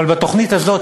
אבל בתוכנית הזאת,